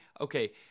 Okay